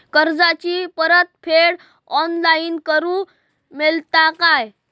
कर्जाची परत फेड ऑनलाइन करूक मेलता काय?